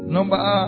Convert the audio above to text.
Number